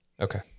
Okay